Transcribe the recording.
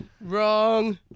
wrong